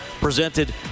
presented